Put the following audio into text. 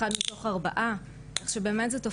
וכחלק מהעניין ההשלכות הן כאלו